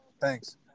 Thanks